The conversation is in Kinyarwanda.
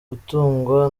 gutungwa